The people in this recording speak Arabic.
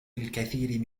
الكثير